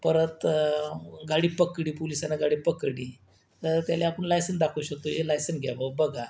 परत गाडी पकडी पोलिसानं गाडी पकडी तर त्याहले आपण लायसन दाखवू शकतो हे लायसन घ्या बुवा बघा